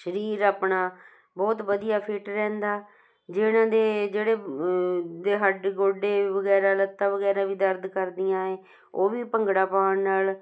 ਸਰੀਰ ਆਪਣਾ ਬਹੁਤ ਵਧੀਆ ਫਿਟ ਰਹਿੰਦਾ ਜਿਹਨਾਂ ਦੇ ਜਿਹੜੇ ਦੇ ਹੱਡ ਗੋਡੇ ਵਗੈਰਾ ਲੱਤਾਂ ਵਗੈਰਾ ਵੀ ਦਰਦ ਕਰਦੀਆਂ ਹੈ ਉਹ ਵੀ ਭੰਗੜਾ ਪਾਉਣ ਨਾਲ